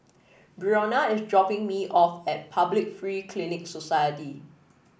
Brionna is dropping me off at Public Free Clinic Society